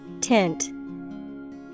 Tint